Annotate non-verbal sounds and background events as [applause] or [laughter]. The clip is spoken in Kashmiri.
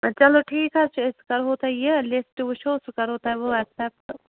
[unintelligible] چلو ٹھیٖک حظ چھِ أسۍ کَرہو تۄہہِ یہِ لِسٹ وٕچھو سُہ کَرو تۄہہِ بہٕ وَٹسیپ تہٕ